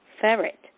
Ferret